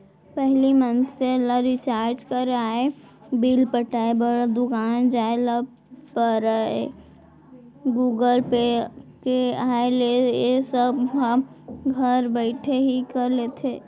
पहिली मनसे ल रिचार्ज कराय, बिल पटाय बर दुकान जाय ल परयए गुगल पे के आय ले ए सब ह घर बइठे ही कर लेथे